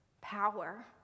power